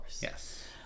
Yes